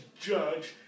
judge